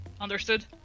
understood